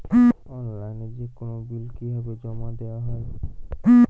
অনলাইনে যেকোনো বিল কিভাবে জমা দেওয়া হয়?